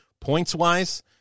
points-wise